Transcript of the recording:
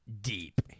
deep